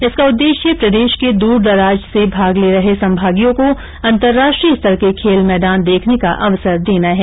इसका उद्देश्य प्रदेश को दूरदराज से भाग ले रहे संभागियों को अन्तर्राष्ट्रीय स्तर के खेल मैदान देखने का अवसर देना है